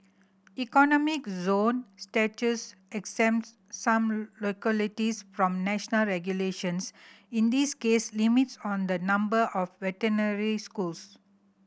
economic zone status exempts some localities from national regulations in this case limits on the number of veterinary schools